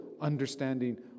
understanding